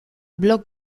blog